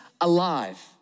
alive